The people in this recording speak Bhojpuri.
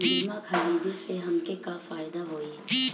बीमा खरीदे से हमके का फायदा होई?